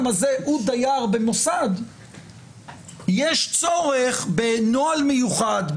הזה הוא דייר במוסד יש צורך בנוהל מיוחד,